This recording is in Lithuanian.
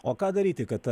o ką daryti kad ta